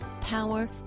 power